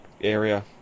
area